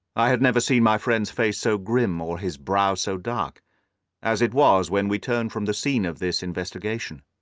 i had never seen my friend's face so grim or his brow so dark as it was when we turned from the scene of this investigation.